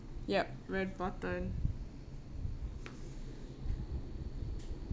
yup red button